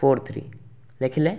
four three ଲେଖିଲେ